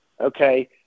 Okay